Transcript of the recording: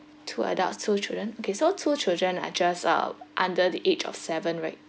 two adults two children okay so two children are just uh under the age of seven right